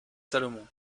salomon